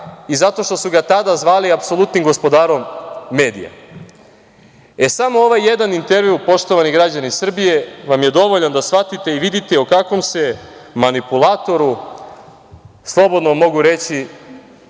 i zato što su ga tada zvali apsolutnim gospodarom medija. E, samo ovaj jedan intervju, poštovani građani Srbije vam je dovoljan da shvatite i vidite o kakvom se manipulantoru, slobodno mogu reći